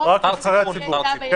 נבחר ציבור הוא נבחר ציבור.